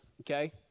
okay